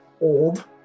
old